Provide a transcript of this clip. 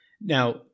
Now